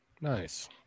Nice